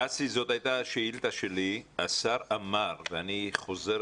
דסי, זו הייתה שאילתה שלי, השר אמר שזה היה